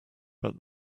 but